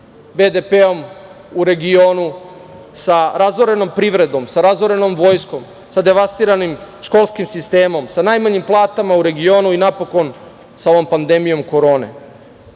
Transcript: BDP u regionu, sa razorenom privredom, sa razorenom vojskom, sa devastiranim školskim sistemom, sa najmanjim platama u regionu i napokon, sa ovom pandemijom Korone.O